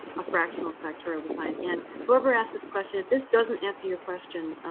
a fractional factorial design. and whoever asked this question, if this doesn't answer your question,